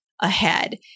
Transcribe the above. ahead